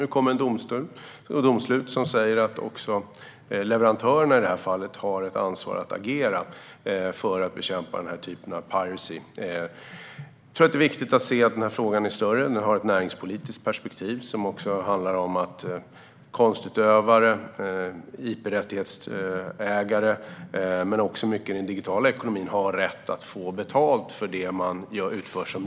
Nu kom ett domslut som säger att också leverantörerna, i det här fallet, har ett ansvar att agera för att bekämpa den här typen av piracy. Det är viktigt att se att denna fråga är större. Den har ett näringspolitiskt perspektiv som handlar om att konstutövare, ip-rättighetsägare och många inom den digitala ekonomin har rätt att få betalt för det jobb de utför.